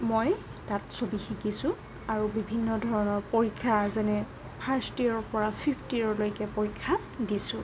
মই তাত ছবি শিকিছোঁ আৰু বিভিন্ন ধৰণৰ পৰীক্ষা যেনে ফাৰ্ষ্ট ইয়েৰৰ পৰা ফিফথ ইয়েৰলৈকে পৰীক্ষা দিছোঁ